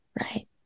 right